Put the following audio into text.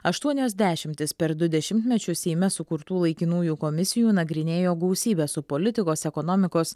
aštuonios dešimtys per du dešimtmečius seime sukurtų laikinųjų komisijų nagrinėjo gausybę su politikos ekonomikos